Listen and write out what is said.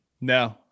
No